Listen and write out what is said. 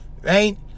right